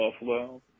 Buffalo